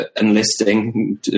enlisting